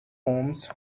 homes